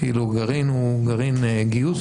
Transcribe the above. הגרעין הוא גרעין גיוס,